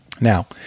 Now